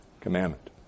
commandment